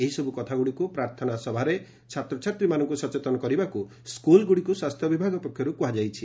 ଏହିସବୁ କଥାଗୁଡ଼ିକୁ ପ୍ରାର୍ଥନା ସଭାରେ ଛାତ୍ରଛାତ୍ରୀମାନଙ୍କୁ ସଚେତନ କରିବାକୁ ସ୍କୁଲ୍ଗୁଡ଼ିକୁ ସ୍ୱାସ୍ଥ୍ୟବିଭାଗ ପକ୍ଷରୁ କୁହାଯାଇଛି